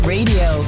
Radio